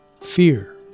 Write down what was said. fear